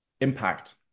impact